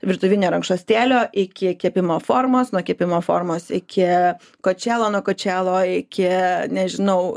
virtuvinio rankšluostėlio iki kepimo formos nuo kepimo formos iki kočėlo nuo kočėlo iki nežinau